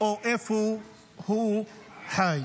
או איפה הוא חי.